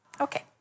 Okay